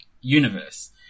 universe